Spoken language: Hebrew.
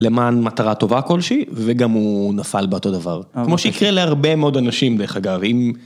למען מטרה טובה כלשהי - וגם הוא נפל בה אותו דבר, כמו שיקרה להרבה מאוד אנשים דרך אגב, אם